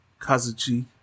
Kazuchi